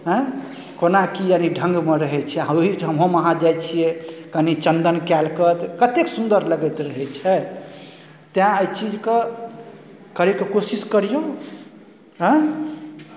एँ कोना की ढङ्गमे रहै छै आ ओहीठाम हम अहाँ जाइ छियै कनि चन्दन कयल कऽ कतेक सुन्दर लगैत रहै छै तैँ एहि चीजकेँ करैके कोशिश करियौ एँ